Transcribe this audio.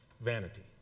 Vanity